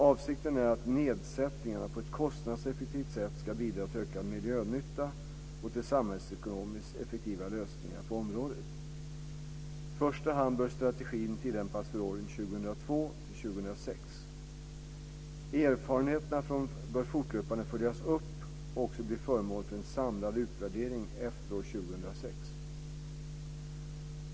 Avsikten är att nedsättningarna på ett kostnadseffektivt sätt ska bidra till ökad miljönytta och till samhällsekonomiskt effektiva lösningar på området. I första hand bör strategin tillämpas för åren 2002-2006. Erfarenheterna bör fortlöpande följas upp och också bli föremål för en samlad utvärdering efter år 2006.